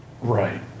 Right